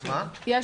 בריאים?